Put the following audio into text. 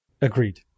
Agreed